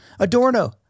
Adorno